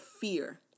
fear